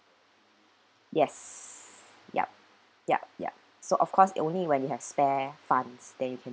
yes yup yup yup so of course only when you have spare funds then you can